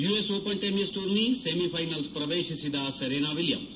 use open tennis tourney ಸೆಮಿಫೈನಲ್ಪ್ ಪ್ರವೇಶಿಸಿದ Serena Williams